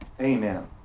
Amen